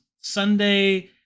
Sunday